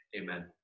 Amen